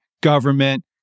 government